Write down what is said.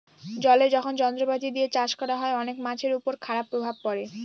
জলে যখন যন্ত্রপাতি দিয়ে চাষ করা হয়, অনেক মাছের উপর খারাপ প্রভাব পড়ে